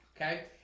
Okay